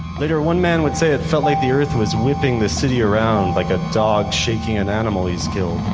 later one man would say it felt like the earth was whipping the city around like a dog shaking an animal he's killed.